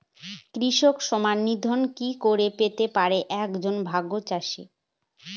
কৃষক সন্মান নিধি কি করে পেতে পারে এক জন ভাগ চাষি?